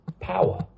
power